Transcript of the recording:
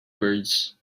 birds